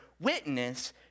witness